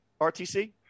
RTC